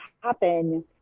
happen